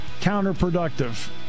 counterproductive